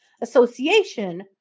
association